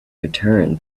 return